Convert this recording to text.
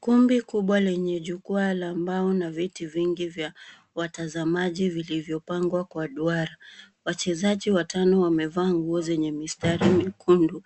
Kumbi kubwa lenye jukwaa la mbao na viti vingi vya watazamaji vilivyopangwa kwa duara. Wachezaji watano wamevaa nguo zenye mistari miekundu